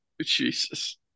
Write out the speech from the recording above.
Jesus